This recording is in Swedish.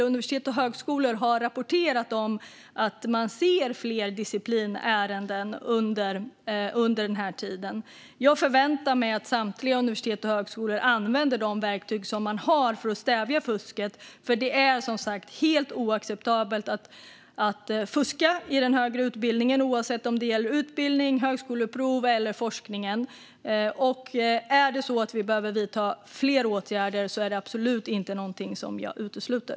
Universitet och högskolor har också rapporterat om att de ser fler disciplinärenden under den här tiden. Jag förväntar mig att samtliga universitet och högskolor använder de verktyg som de har för att stävja fusket. Det är som sagt helt oacceptabelt att fuska i den högre utbildningen, oavsett om det gäller utbildning, högskoleprov eller forskning. Är det så att vi behöver vidta fler åtgärder är detta absolut inte någonting som jag utesluter.